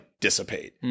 dissipate